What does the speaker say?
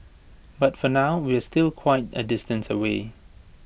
but for now we're still quite A distance away